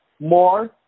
more